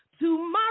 Tomorrow